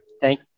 thank